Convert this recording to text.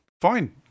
fine